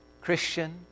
Christian